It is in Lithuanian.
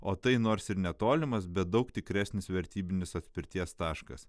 o tai nors ir netolimas bet daug tikresnis vertybinis atspirties taškas